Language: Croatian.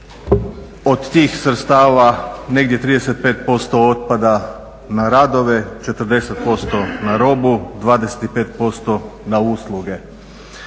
Od tih sredstava negdje 35% otpada na radove, 40% na robu, 25% na usluge.